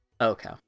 okay